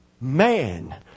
man